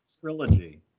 trilogy